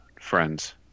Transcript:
friends